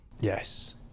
Yes